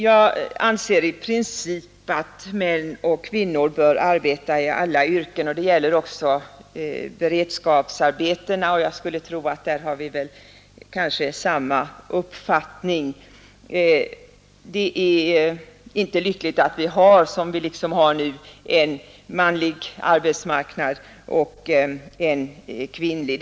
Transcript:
Jag anser i princip att män och kvinnor bör arbeta i alla yrken, och det gäller även beredskapsarbetena. Därvidlag har vi kanske samma uppfattning. Det är inte lyckligt att vi, som nu är fallet, har en manlig arbetsmarknad och en kvinnlig.